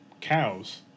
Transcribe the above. cows